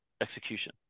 execution